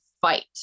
fight